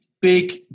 big